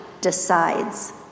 decides